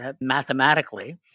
mathematically